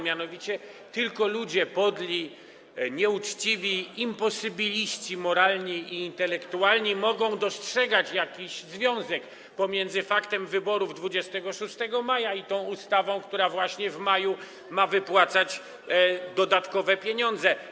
Mianowicie tylko ludzie podli, nieuczciwi, imposybiliści moralni i intelektualni mogą dostrzegać jakiś związek pomiędzy faktem wyborów 26 maja i tą ustawą, która właśnie w maju ma wypłacać dodatkowe pieniądze.